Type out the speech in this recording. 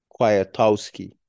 Kwiatowski